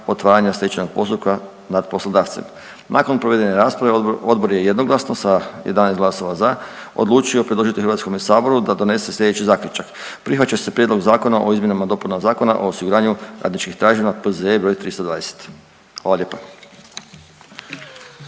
otvaranja stečajnog postupka nad poslodavcem. Nakon provedene rasprave, Odbor je jednoglasno, sa 11 glasova za odlučio predložiti HS-u da donese sljedeći zaključak: Prihvaća se Prijedlog zakona o izmjenama i dopunama Zakona o osiguranju radničkih tražbina P.Z.E. br. 320. Hvala lijepa.